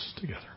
together